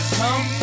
come